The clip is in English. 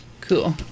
cool